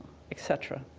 etc.